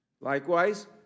Likewise